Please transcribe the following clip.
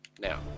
now